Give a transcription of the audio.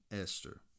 Esther